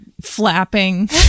flapping